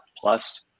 plus